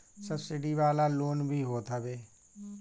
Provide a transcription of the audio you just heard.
subsidy वाला loan भी होत हवे